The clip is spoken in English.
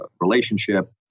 relationship